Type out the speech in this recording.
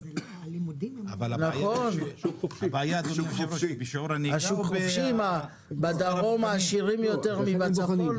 השוק החופשי, בדרום עשירים יותר מבצפון?